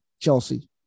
Chelsea